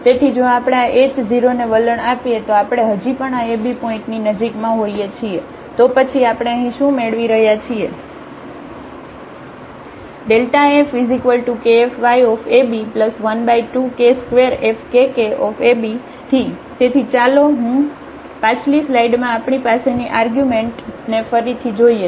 તેથી જો આપણે આ h 0 ને વલણ આપીએ તો આપણે હજી પણ આ ab પોઇન્ટની નજીકમાં હોઈએ છીએ તો પછી આપણે અહીં શું મેળવી રહ્યા છીએ fkfyab12k2fkkab તેથી ચાલો હું પાછલી સ્લાઇડમાં આપણી પાસેની આર્ગ્યુમેન્ટને ફરીથી જોઈએ